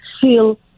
feel